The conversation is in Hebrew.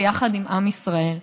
ביחד עם עם ישראל.